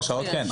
הרשעות, כן.